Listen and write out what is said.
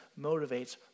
motivates